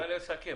נא לסכם.